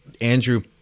Andrew